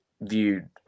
viewed